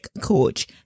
coach